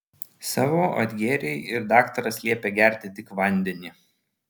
savo atgėrei ir daktaras liepė gerti tik vandenį